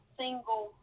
single